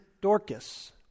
Dorcas